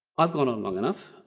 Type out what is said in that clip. i've gone on long enough.